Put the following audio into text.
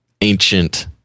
ancient